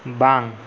ᱵᱟᱝ